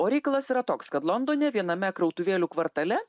o reikalas yra toks kad londone viename krautuvėlių kvartale